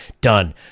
done